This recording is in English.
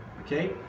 okay